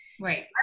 right